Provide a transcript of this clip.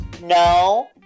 No